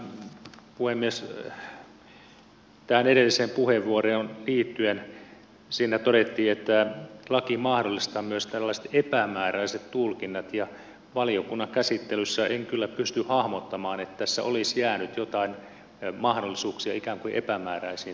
ihan puhemies tähän edelliseen puheenvuoroon liittyen siinä todettiin että laki mahdollistaa myös tällaiset epämääräiset tulkinnat ja valiokunnan käsittelyssä en kyllä pystynyt hahmottamaan että tässä olisi jäänyt jotain mahdollisuuksia ikään kuin epämääräisiin tulkintoihin